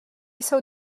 jsou